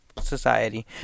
society